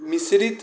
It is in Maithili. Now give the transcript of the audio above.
मिस्रित